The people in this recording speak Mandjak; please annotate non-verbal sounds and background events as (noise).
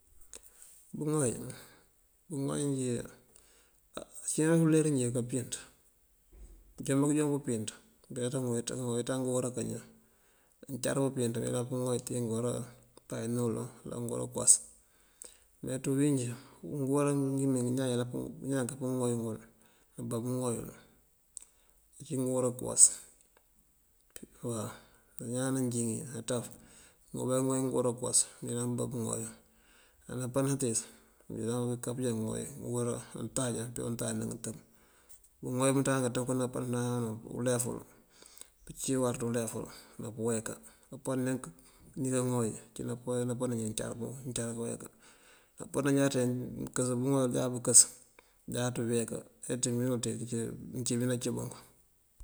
Bëŋooy, bëŋooy injí (hesitation) acína ţí uleer winje kapiyënţ, joobá këjoon pëpiyënţ mberaţank kaŋooy ţañ ngëwoora kañan. Uncár pëpiyënţ manyëlan pëŋooy ţañ ngëwoora páaj ná uloŋ wala ngëwoora këwas. Me ţí uwíin injí ngëwoora ngí mengi ñáan yëlan ñáan kápëŋooy ngul nëba pëŋooyul ací ngëwoora këwas. Waw ñáan nanjiŋí nataf, mëŋooy bá ngëwoora këwas këme mëmbá bëŋooyu. Á napaţ nátíis iyoo aká pëjá nuŋooy ngëwoora untáaja te untáaja ná ngëtëb. Bëŋooy biţáank atënk bun, napaţ namuntananun uleful pëci uwar ti uleful nande na pëweeka. Napaţ nika ŋooyi, aci napat nanje ncar kaweka. Napat nanjate bëŋooy jáaţa bëkës, jáaţa nëweeka eţí mëwinul ţí nëci binacibunk.